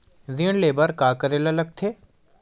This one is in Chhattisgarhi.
ऋण ले बर का करे ला लगथे?